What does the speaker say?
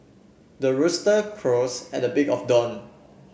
the rooster crows at the big of dawn